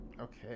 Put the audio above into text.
Okay